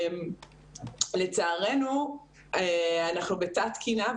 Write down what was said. לצערנו אנחנו בתת תקינה,